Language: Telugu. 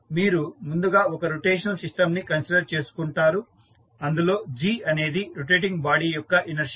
మీరు ముందుగా ఒక రొటేషనల్ సిస్టమ్ ని కన్సిడర్ చేసుకుంటారు అందులో g అనేది రొటేటింగ్ బాడీ యొక్క ఇనర్షియా